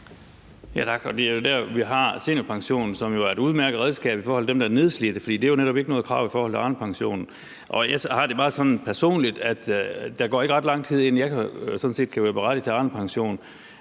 Tak. Det er jo der, hvor vi har seniorpensionen, som er et udmærket redskab i forhold til dem, der er nedslidt. Det er jo netop ikke noget krav i forhold til Arnepensionen. Jeg har det bare sådan personligt, for der går ikke ret lang tid, før jeg sådan set kan være berettiget til Arnepension,